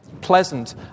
pleasant